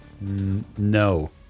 No